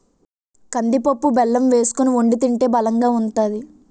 కందిపప్పు బెల్లం వేసుకొని వొండి తింటే బలంగా ఉంతాది